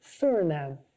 Suriname